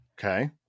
Okay